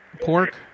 Pork